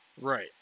Right